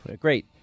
Great